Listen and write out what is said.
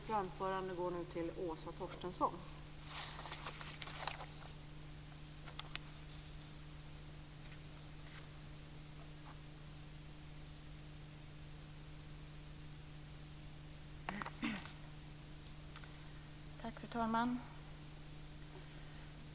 Fru talman!